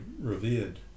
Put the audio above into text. revered